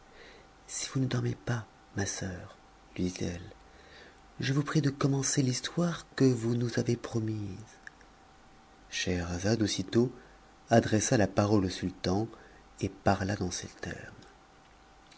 si vous ne dormez pas ma soeur lui dit-elle je vous prie de commencer l'histoire que vous nous avez promise scheherazade aussitôt adressa la parole au sultan et parla dans ces termes